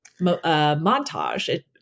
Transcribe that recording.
montage